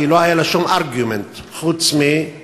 כי לא היה לה שום ארגומנט חוץ מהסתה.